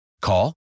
Call